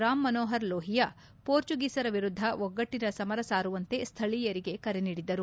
ರಾಮ್ಮನೋಪರ್ ಲೋಹಿಯಾ ಪೋರ್ಚುಗೀಸರ ವಿರುದ್ಧ ಒಗ್ಗಟ್ಟಿನ ಸಮರ ಸಾರುವಂತೆ ಸ್ಥಳಿಯರಿಗೆ ಕರೆ ನೀಡಿದ್ದರು